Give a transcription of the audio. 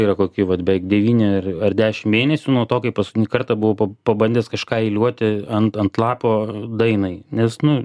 yra kokie vat beveik devyni ar ar dešim mėnesių nuo to kai paskutinį kartą buvau pab pabandęs kažką eiliuoti ant ant lapo dainai nes nu